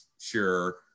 sure